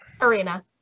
Arena